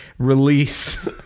release